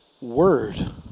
word